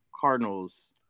Cardinals